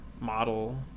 model